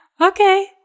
okay